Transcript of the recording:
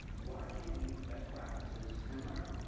why can't we use best practices and learn?